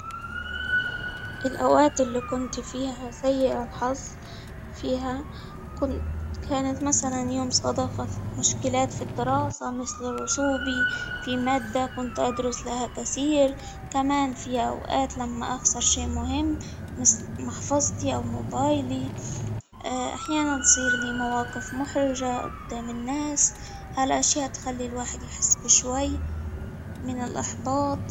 الأوقات اللي كنت فيها سيء الحظ فيها كانت مثلا يوم صدافة مشكلات في الدراسة، مثل رسوبي في مادة كنت أدرس لها كثير، كمان في أوقات لما أخسر شيء مهم مثل محفظتي أوموبايلي، أحيانا بتصير بمواقف محرجة أدام الناس، على أشياء تخلي الواحد يحس بشوي من الاحباط.